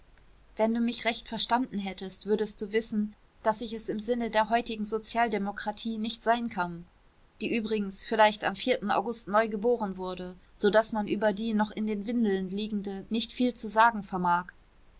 wenn du mich recht verstanden hättest würdest du wissen daß ich es im sinne der heutigen sozialdemokratie nicht sein kann die übrigens vielleicht am august neu geboren wurde so daß man über die noch in den windeln liegende nicht viel zu sagen vermag